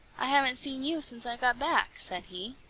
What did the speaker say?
i haven't seen you since i got back, said he.